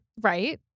Right